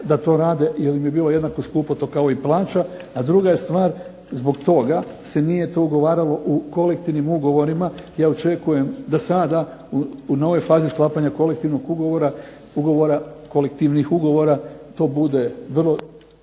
da to rade jer im je bilo jednako skupo to kao i plaća, a druga je stvar, zbog toga se nije to ugovaralo u kolektivnim ugovorima. Ja očekujem da sada u novoj fazi sklapanja kolektivnih ugovora to bude vrlo